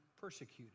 persecuted